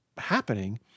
happening